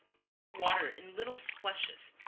add the water in little splashes,